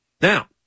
Now